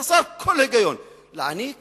חסר כל היגיון, להעניק